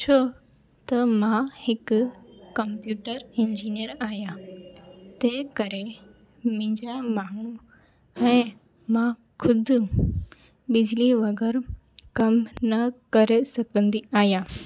छो त मां हिकु कंप्यूटर इंजीनिअर आहियां ते करे मुंहिंजा माण्हू ऐं मां ख़ुदि बिजली बग़ैर कमु न करे सघंदी आहियां